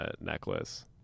necklace